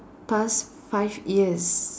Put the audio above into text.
past five years